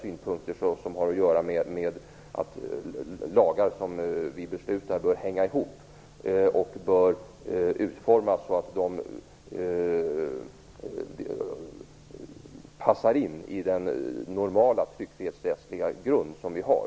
Det har att göra med att lagar som vi beslutar om bör hänga ihop och vara utformade så att de passar in i den normala tryckfrihetsrättsliga grund som vi har.